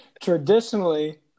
Traditionally